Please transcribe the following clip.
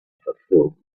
fulfilled